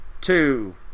Two